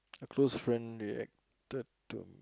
a close friend reacted to